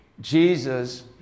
Jesus